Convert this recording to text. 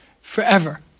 forever